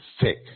thick